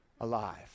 alive